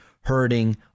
hurting